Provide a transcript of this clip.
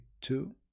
two